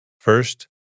First